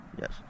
Yes